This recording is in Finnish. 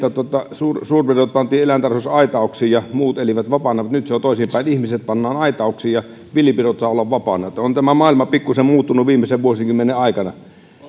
että suurpedot pantiin eläintarhoissa aitauksiin ja muut elivät vapaana mutta nyt se on toisinpäin ihmiset pannaan aitauksiin ja villipedot saavat olla vapaina on tämä maailma pikkuisen muuttunut viimeisen vuosikymmenen aikana